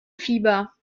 fieber